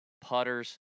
putters